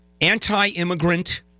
Anti-immigrant